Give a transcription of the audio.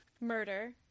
Murder